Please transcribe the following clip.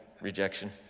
rejection